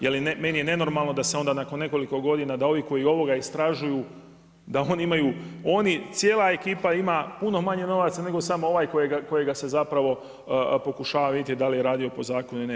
Jer meni je nenormalno da se onda nakon nekoliko godina, da ovoga kojega istražuju, da oni imaju, oni cijela ekipa ima puno manje novaca, nego samo ovaj kojega se zapravo pokušava vidjeti da li je radio po zakonu ili ne.